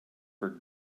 for